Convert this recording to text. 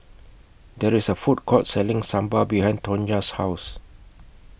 There IS A Food Court Selling Sambar behind Tonja's House